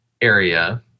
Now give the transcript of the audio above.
area